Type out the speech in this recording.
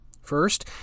First